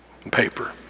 Paper